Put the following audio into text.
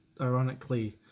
ironically